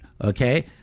Okay